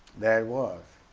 there it was,